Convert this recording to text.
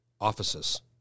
offices